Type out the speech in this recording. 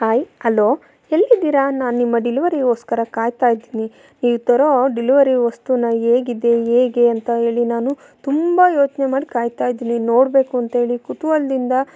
hi hello ಎಲ್ಲಿದ್ದೀರಾ ನಾನು ನಿಮ್ಮ ಡಿಲಿವರಿಗೋಸ್ಕರ ಕಾಯ್ತಾಯಿದ್ದೀನಿ ನೀವು ತರೋ ಡಿಲಿವರಿ ವಸ್ತುನ ಹೇಗಿದೆ ಹೇಗೆ ಅಂತ ಹೇಳಿ ನಾನು ತುಂಬ ಯೋಚನೆ ಮಾಡಿ ಕಾಯ್ತಾಯಿದ್ದೀನಿ ನೋಡಬೇಕು ಅಂಥೇಳಿ ಕುತೂಹಲ್ದಿಂದ